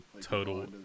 total